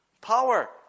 power